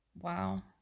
Wow